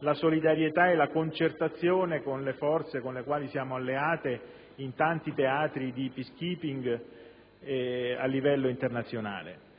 la solidarietà e la concertazione con le forze con le quali siamo alleati in tanti teatri di *peacekeeping*, a livello internazionale.